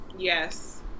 Yes